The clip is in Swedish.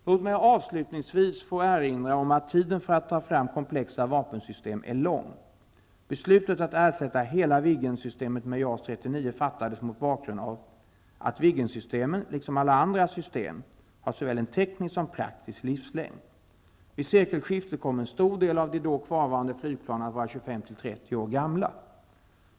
Låt mig avslutningsvis få erinra om att tiden för att ta fram komplexa vapensystem är lång. Beslutet att ersätta hela Viggen-systemet med JAS 39 fattades mot bakgrund av att Viggen-systemen, liksom alla andra system, har såväl en teknisk som en praktisk livslängd. Vid sekelskiftet kommer en stor del av de då kvarvarande flygplanen att vara 25--30 år gamla.